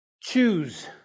choose